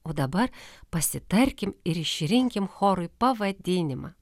o dabar pasitarkim ir išrinkim chorui pavadinimą